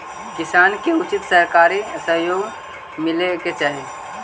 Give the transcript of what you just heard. किसान के उचित सहकारी सहयोग मिले के चाहि